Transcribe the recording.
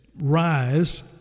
rise